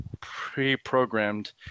pre-programmed